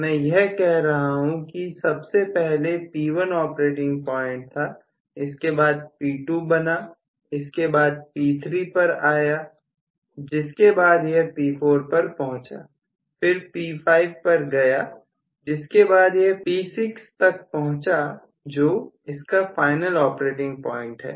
मैं यह कह सकता हूं कि सबसे पहले P1 ऑपरेटिंग पॉइंट था इसके बाद P2 बना इसके बाद यह P3 पर आया जिसके बाद यह P4 पर पहुंचा फिर P5 पर गया जिसके बाद यह P6 तक पहुंच जो इसका फाइनल ऑपरेटिंग पॉइंट है